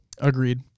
Agreed